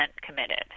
committed